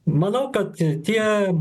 manau kad tie